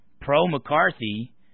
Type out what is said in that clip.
pro-McCarthy